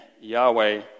Yahweh